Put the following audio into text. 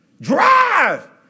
Drive